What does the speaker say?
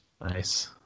Nice